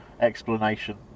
explanation